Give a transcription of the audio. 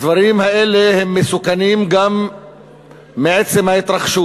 הדברים האלה הם מסוכנים גם מעצם ההתרחשות.